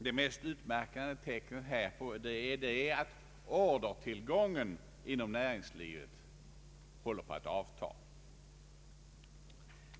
Det mest utmärkande tecknet här är att ordertillgången inom näringslivet håller på att avta.